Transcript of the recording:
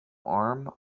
arm